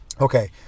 okay